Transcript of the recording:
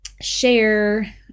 share